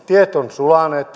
tiet ovat sulaneet